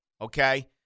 Okay